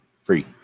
free